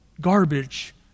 garbage